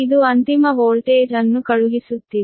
ಇದು ಅಂತಿಮ ವೋಲ್ಟೇಜ್ ಅನ್ನು ಕಳುಹಿಸುತ್ತಿದೆ